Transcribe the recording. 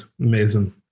Amazing